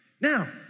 now